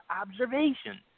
observation